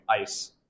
ice